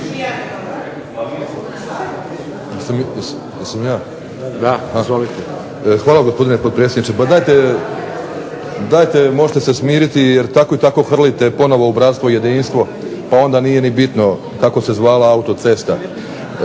Hvala gospodine potpredsjedniče. Dajte, možete se smiriti jer i tako i tako hrlite ponovno u bratstvo i jedinstvo onda nije ni bitno kako se zvala autocesta.